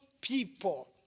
people